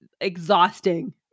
exhausting